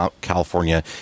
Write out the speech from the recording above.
California